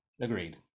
Agreed